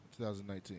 2019